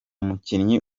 mukinnyi